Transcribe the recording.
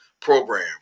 program